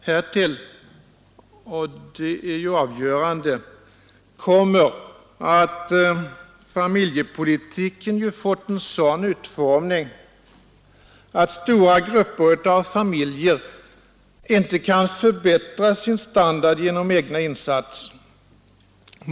Härtill kommer — och det är avgörande — att familjepolitiken fått en sådan utformning att stora grupper av familjer inte kan förbättra sin standard genom egna insatser.